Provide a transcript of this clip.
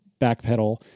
backpedal